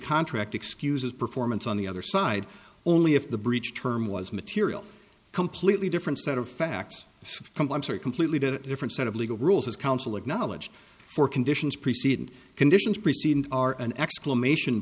contract excuses performance on the other side only if the breach term was material completely different set of facts compliance or completely different set of legal rules as counsel acknowledged for conditions preceding conditions preceding are an exclamation